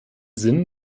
sinn